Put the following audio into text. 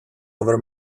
over